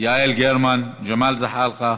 יעל גרמן, ג'מאל זחאלקה.